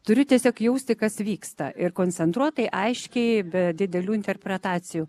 turiu tiesiog jausti kas vyksta ir koncentruotai aiškiai be didelių interpretacijų